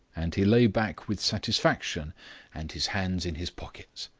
and he lay back with satisfaction and his hands in his pockets.